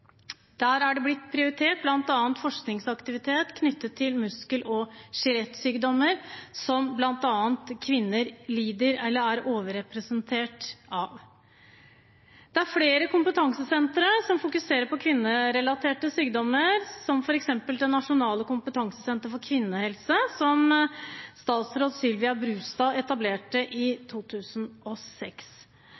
prioritert forskningsaktivitet knyttet til muskel- og skjelettsykdommer, som kvinner er overrepresentert med. Det er flere kompetansesentre som fokuserer på kvinnerelaterte sykdommer, som f.eks. Nasjonalt kompetansesenter for kvinnehelse, som statsråd Sylvia Brustad etablerte i 2006.